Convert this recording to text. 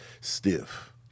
stiff